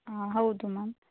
ಹಾಂ ಹೌದು ಮ್ಯಾಮ್